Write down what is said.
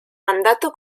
mandato